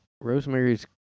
Rosemary's